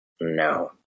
No